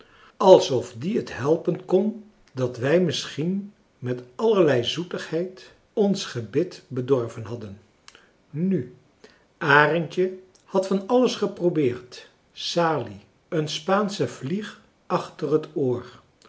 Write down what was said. alsof die het helpen kon dat wij misschien met allerlei zoetigheid ons gebit bedorven hadden nu arendje had van alles geprobeerd salie een spaansche vlieg achter het oor